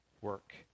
work